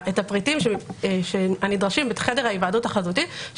הפריטים הנדרשים בחדר ההיוועדות החזותית,